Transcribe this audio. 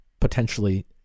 potentially